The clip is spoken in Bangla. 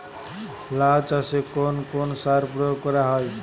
লাউ চাষে কোন কোন সার প্রয়োগ করা হয়?